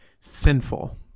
sinful